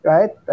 Right